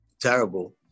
terrible